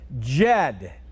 Jed